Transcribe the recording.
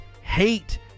hate